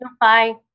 Bye